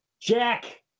Jack